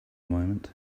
moment